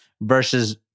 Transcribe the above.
Versus